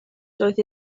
doedd